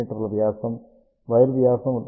మీ వ్యాసం వైర్ వ్యాసం 0